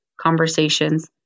conversations